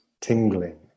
tingling